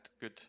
good